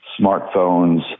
Smartphones